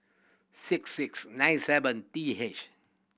six six nine seven T H